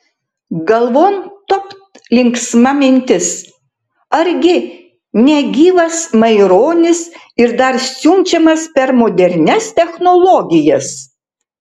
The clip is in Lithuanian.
galvon topt linksma mintis argi ne gyvas maironis ir dar siunčiamas per modernias technologijas